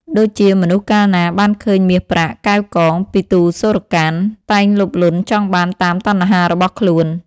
ដូចជា មនុស្សកាលណាបានឃើញមាសប្រាក់ កែវកង ពិទូរ្យសូរ្យកាន្ត តែងលោភលន់ចង់បានតាមតណ្ហារបស់ខ្លួន ។